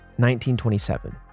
1927